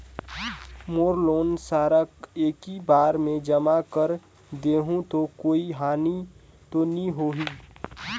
मोर loan सारा एकी बार मे जमा कर देहु तो कोई हानि तो नी होही?